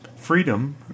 Freedom